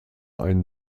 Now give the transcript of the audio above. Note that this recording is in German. ein